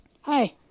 Hi